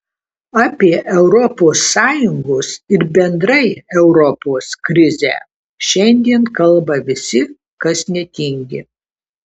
apie europos sąjungos ir bendrai europos krizę šiandien kalba visi kas netingi